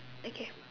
okay